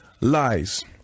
lies